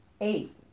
eight